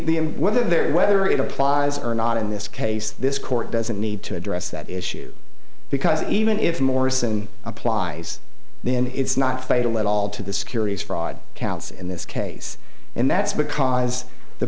but whether there whether it applies or not in this case this court doesn't need to address that issue because even if morrison applies then it's not fatal at all to the securities fraud counts in this case and that's because the